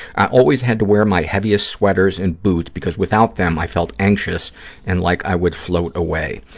i always had to wear my heaviest sweaters and boots because, without them, i felt anxious and like i would float away.